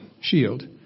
shield